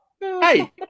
Hey